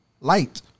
light